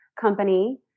Company